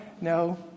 no